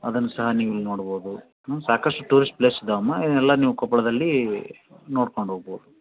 ಅದನ್ನು ಸಹ ನೀವು ಇಲ್ಲಿ ನೋಡ್ಬೋದು ಆಂ ಸಾಕಷ್ಟು ಟೂರಿಸ್ಟ್ ಪ್ಲೇಸ್ ಇದ್ದಾವಮ್ಮ ಎಲ್ಲ ನೀವು ಕೊಪ್ಪಳ್ದಲ್ಲಿ ನೋಡ್ಕೊಂಡು ಹೋಗ್ಬೋದು